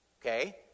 okay